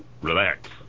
Relax